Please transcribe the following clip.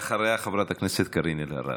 אחריה, חברת הכנסת קארין אלהרר.